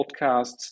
podcasts